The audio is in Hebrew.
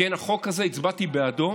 כן, החוק הזה הצבעתי בעדו